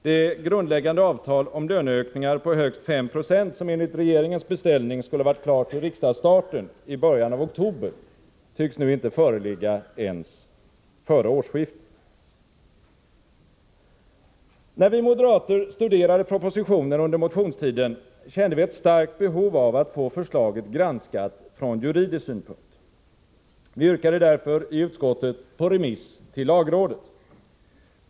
Det grundläggande avtal om löneökningar på högst 5 26, som på regeringens beställning skulle ha varit klart till riksmötets öppnande i början av oktober, tycks nu inte föreligga ens före årsskiftet. När vi moderater under motionstiden studerade propositionen, kände vi ett starkt behov av att få förslaget granskat från juridisk synpunkt. Vi yrkade därför i utskottet på remiss till lagrådet.